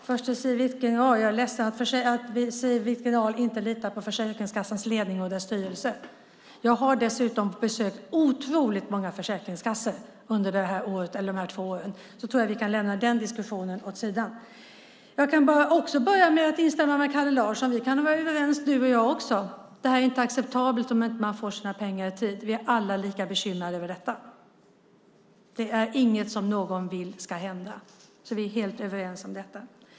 Fru talman! Jag är ledsen att Siw Wittgren-Ahl inte litar på Försäkringskassans ledning och styrelse. Jag har besökt otroligt många försäkringskassor under de här två åren. Jag tror att vi kan lämna den diskussionen åt sidan. Jag kan instämma med Kalle Larsson. Vi kan vara överens, du och jag. Det är inte acceptabelt om man inte får sina pengar i tid. Vi är alla lika bekymrade över detta. Det är inget som någon vill ska hända. Vi är helt överens om detta.